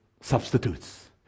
substitutes